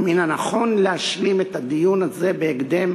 ומן הנכון להשלים את הדיון הזה בהקדם